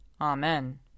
Amen